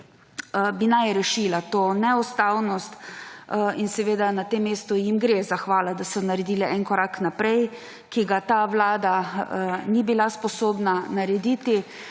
bi naj rešila to neustavnost. Seveda na tem mestu jim gre zahvala, da so naredili en korak naprej, ki ga ta vlada ni bila sposobna narediti.